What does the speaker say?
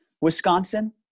Wisconsin